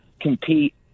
compete